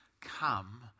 come